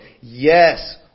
Yes